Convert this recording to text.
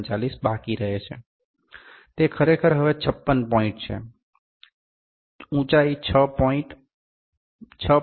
39 બાકી રહે છે તે ખરેખર હવે છપ્પન પોઇન્ટ છે ઉચાઇ છ પોઇન્ટ 6